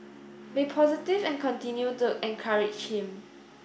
be positive and continue to encourage him